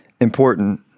important